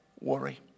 worry